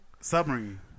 Submarine